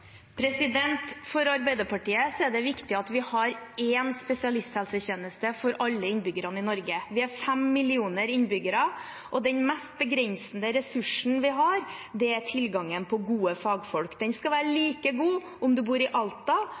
For Arbeiderpartiet er det viktig at vi har en spesialisthelsetjeneste for alle innbyggerne i Norge. Vi er 5 millioner innbyggere og den mest begrensede ressursen vi har, er tilgangen på gode fagfolk. Den skal være like god om man bor i Alta